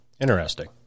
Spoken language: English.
Interesting